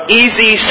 easy